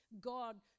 God